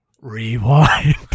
Rewind